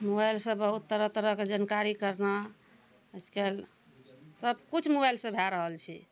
mobile सऽ बहुत तरह तरहके जानकारी करना आइकाल्हि सबकिछु मोबाइल सऽ भए रहल छै